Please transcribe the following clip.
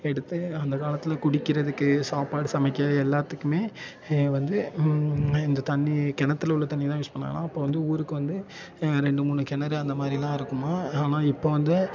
எடுத்து அந்த காலத்தில் குடிக்கிறதுக்கு சாப்பாடு சமைக்க எல்லாத்துக்குமே வந்து இந்த தண்ணி கிணத்துல உள்ள தண்ணி தான் யூஸ் பண்ணுவாங்களாம் அப்போ வந்து ஊருக்கு வந்து ரெண்டு மூணு கிணறு அந்த மாதிரி தான் இருக்குமாம் ஆனால் இப்போ வந்து